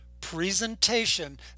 presentation